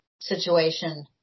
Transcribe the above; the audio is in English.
situation